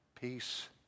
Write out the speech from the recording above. peace